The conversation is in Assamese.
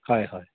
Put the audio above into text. হয় হয়